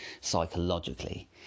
psychologically